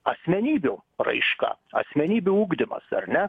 asmenybių raiška asmenybių ugdymas ar ne